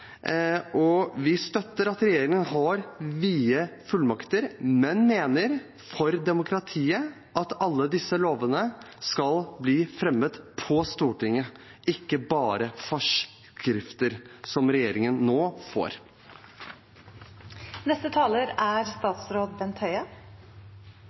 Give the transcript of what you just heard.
og vi støtter at regjeringen har vide fullmakter, men mener for demokratiet at alle disse lovene skal bli fremmet på Stortinget – ikke bare forskrifter, som regjeringen nå får. Regjeringens mål er